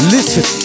Listen